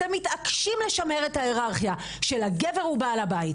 אתם מתעקשים לשמר את ההירארכיה שהגבר הוא בעל הבית